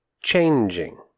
changing